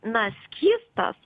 na skystas